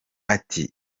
ati